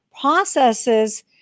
processes